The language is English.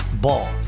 Ball